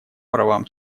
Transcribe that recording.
правам